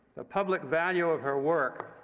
the public value of her work,